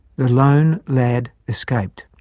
the lone lad escaped.